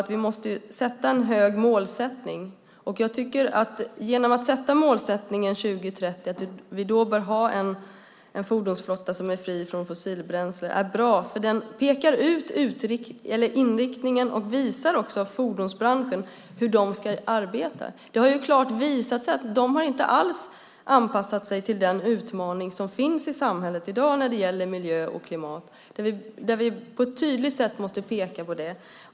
Vi måste sätta upp en hög målsättning, och att ha målsättningen att vi år 2030 bör ha en fordonsflotta som är fri från fossilbränsle är bra. Den pekar ut inriktningen och visar fordonsbranschen hur de ska arbeta. Det har klart visat sig att de inte alls har anpassat sig till den utmaning som finns i samhället i dag när det gäller miljö och klimat. Vi måste på ett tydligt sätt peka på det.